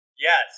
Yes